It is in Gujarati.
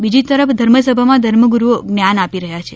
બીજી તરફ ધર્મસભામાં ધર્મગુરુઓ જ્ઞાન આપી રહ્યા છે